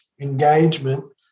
engagement